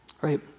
right